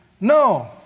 No